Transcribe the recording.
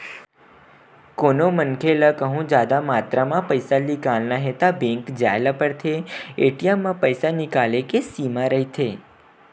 कोनो मनखे ल कहूँ जादा मातरा म पइसा निकालना हे त बेंक जाए ल परथे, ए.टी.एम म पइसा निकाले के सीमा रहिथे